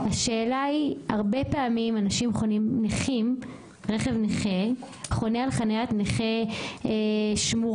הרבה פעמים רכב נכה חונה על חניית נכה שמורה,